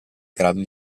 grado